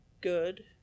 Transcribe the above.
good